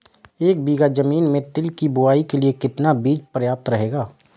एक बीघा ज़मीन में तिल की बुआई के लिए कितना बीज प्रयाप्त रहेगा?